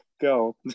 go